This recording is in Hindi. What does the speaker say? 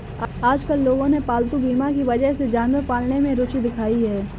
आजकल लोगों ने पालतू बीमा की वजह से जानवर पालने में रूचि दिखाई है